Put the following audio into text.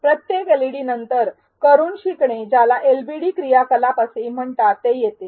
प्रत्येक एलईडी नंतर 'करून शिकणे' ज्याला एलबीडी क्रियाकलाप असेही म्हणतात ते येतं